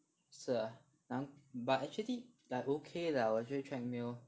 是 ah 难 but actually like okay lah 的我觉得 treadmill